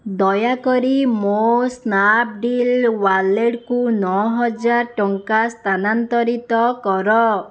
ଦୟାକରି ମୋ ସ୍ନାପ୍ଡୀଲ୍ ୱାଲେଟକୁ ନଅହଜାର ଟଙ୍କା ସ୍ଥାନାନ୍ତରିତ କର